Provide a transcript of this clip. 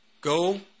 go